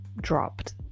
dropped